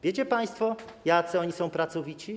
Wiecie państwo, jacy oni są pracowici?